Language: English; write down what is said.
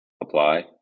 apply